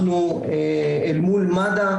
אנחנו אל מול מד"א,